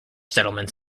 settlements